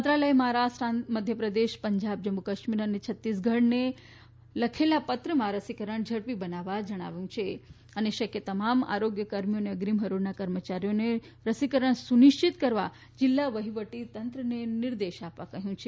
મંત્રાલયે મહારાષ્ટ્ર મધ્યપ્રદેશ પંજાબ જમ્મુ કાશ્મીર અને છત્તીસગઢને મળેલા પત્રમાં રસીકરણ ઝડપી બનાવવા જણાવાયું છે અને શકથ તમામ આરોગ્ય કર્મીઓ અને અગ્રીમ હરોળના કર્મચારીઓનું રસીકરણ સુનિશ્ચિત કરવા જીલ્લા વહીવટીતંત્રને નિર્દેશ આપવા કહ્યું છે